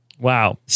Wow